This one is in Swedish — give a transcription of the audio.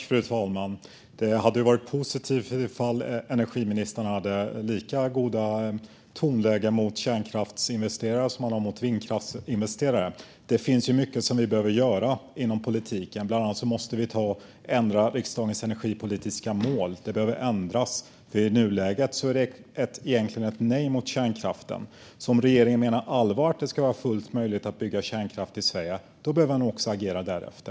Fru talman! Det hade ju varit positivt om energiministern hade haft lika gott tonläge gentemot kärnkraftsinvesterare som gentemot vindkraftsinvesterare. Det finns mycket som vi behöver göra inom politiken. Bland annat måste vi ändra riksdagens energipolitiska mål. Det behöver ändras. I nuläget är det ett egentligen ett nej till kärnkraft. Om regeringen menar allvar med att det ska vara fullt möjligt att bygga kärnkraft i Sverige behöver man också agera därefter.